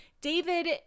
david